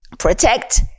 Protect